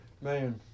Man